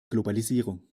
globalisierung